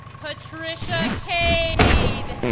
patricia cade